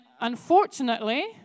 unfortunately